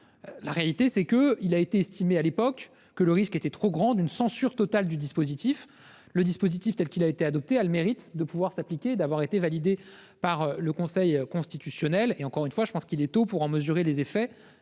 La réalité, c'est qu'il avait alors été estimé que le risque était trop grand d'une censure totale du dispositif. Celui qui a été adopté a le mérite de pouvoir s'appliquer et d'avoir été validé par le Conseil constitutionnel. Encore une fois, je pense qu'il est trop tôt pour en mesurer les effets